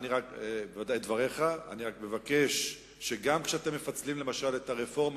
אבל אני מבקש שגם כשאתם מפצלים את הרפורמה